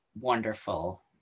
wonderful